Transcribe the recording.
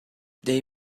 they